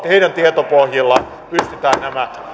heidän tietopohjillaan pystytään nämä